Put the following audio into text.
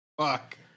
fuck